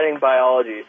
biology